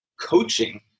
coaching